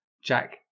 Jack